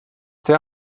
sehr